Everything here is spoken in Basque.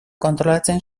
kontrolatzen